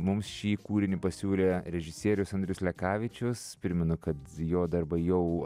mums šį kūrinį pasiūlė režisierius andrius lekavičius primenu kad jo darbai jau